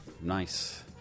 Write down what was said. Nice